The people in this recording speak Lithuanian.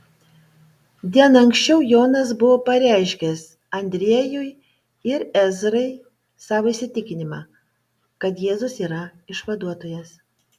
diena anksčiau jonas buvo pareiškęs andriejui ir ezrai savo įsitikinimą kad jėzus yra išvaduotojas